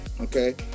okay